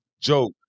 joke